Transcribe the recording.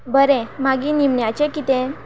बरें मागीर निमण्याचें कितें